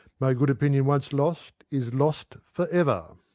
my good opinion once lost is lost forever.